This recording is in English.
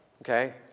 Okay